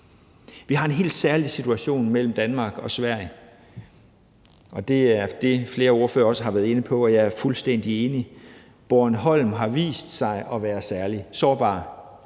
Vi har en helt særlig situation mellem Danmark og Sverige, og det har flere ordførere været inde på, og jeg er fuldstændig enig. Bornholm har vist sig at være særlig sårbar,